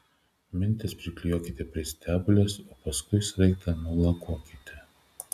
mentes priklijuokite prie stebulės o paskui sraigtą nulakuokite